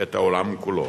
את העולם כולו.